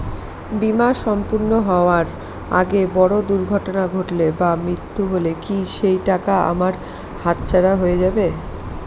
বীমা সম্পূর্ণ হওয়ার আগে বড় দুর্ঘটনা ঘটলে বা মৃত্যু হলে কি সেইটাকা আমার হাতছাড়া হয়ে যাবে?